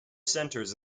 centres